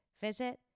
Visit